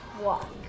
walk